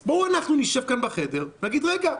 אז בואו נשב כאן בחדר ונגיד: רגע,